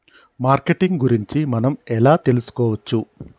Marketing గురించి మనం ఎలా తెలుసుకోవచ్చు?